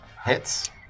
Hits